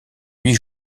huit